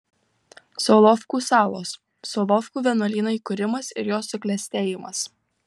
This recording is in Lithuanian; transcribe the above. solovkų salos solovkų vienuolyno įkūrimas ir jo suklestėjimas